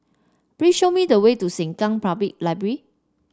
please show me the way to Sengkang Public Library